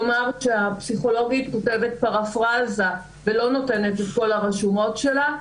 כלומר שהפסיכולוגית כותבת פרפראזה ולא נותנת את כל הרשומות שלה.